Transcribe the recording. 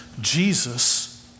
Jesus